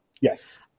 Yes